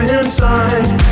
inside